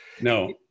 No